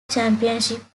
championship